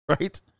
Right